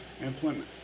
employment